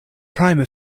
prima